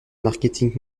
marketing